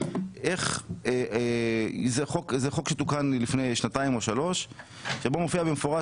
זה חוק שתוקן לפני שנתיים או שלוש - בו מופיע במפורש